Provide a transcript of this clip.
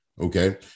okay